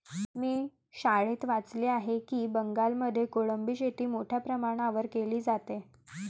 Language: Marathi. मी शाळेत वाचले आहे की बंगालमध्ये कोळंबी शेती मोठ्या प्रमाणावर केली जाते